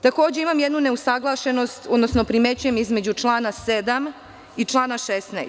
Takođe, imam jednu neusaglašenost, odnosno primećujem neusaglašenost između člana 7. i člana 16.